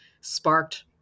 sparked